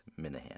Minahan